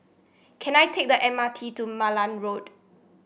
can I take the M R T to Malan Road